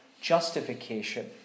justification